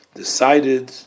decided